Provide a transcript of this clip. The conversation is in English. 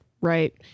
Right